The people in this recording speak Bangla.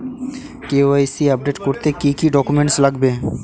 কে.ওয়াই.সি আপডেট করতে কি কি ডকুমেন্টস লাগবে?